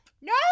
No